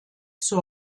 zur